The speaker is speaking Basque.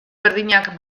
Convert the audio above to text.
berdinak